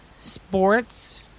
sports